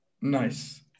Nice